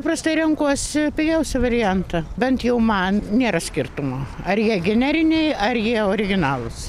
paprastai renkuosi pigiausią variantą bent jau man nėra skirtumo ar jie generiniai ar jie originalūs